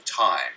time